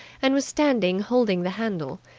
and was standing holding the handle.